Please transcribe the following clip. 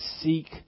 seek